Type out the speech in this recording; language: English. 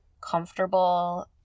comfortable